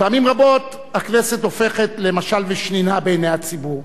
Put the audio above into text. פעמים רבות הכנסת הופכת למשל ושנינה בעיני הציבור,